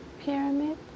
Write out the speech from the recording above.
pyramid